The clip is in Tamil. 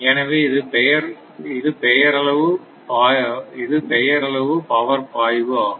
எனவே இது பெயரளவு பவர் பாய்வு ஆகும்